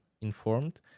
informed